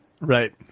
Right